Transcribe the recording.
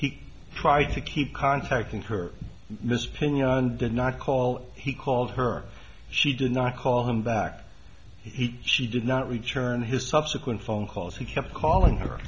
he tried to keep contacting her missing and did not call he called her she did not call him back he she did not return his subsequent phone calls he kept calling her